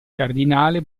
cardinale